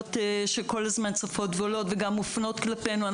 סוגיות שצפות ועולות כל הזמן וגם מופנות כלפינו.